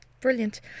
Brilliant